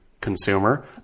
consumer